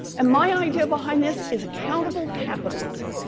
and my idea behind this is accountable capitalism.